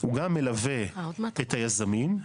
הוא גם מלווה את היזמים.